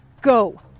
Go